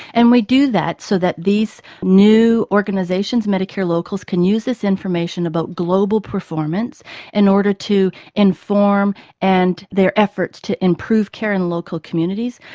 and we do that so that these new organisations, medicare locals, can use this information about global performance in order to inform and their efforts efforts to improve care in local communities.